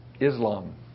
Islam